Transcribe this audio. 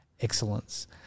excellence